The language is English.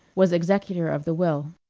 was executor of the will.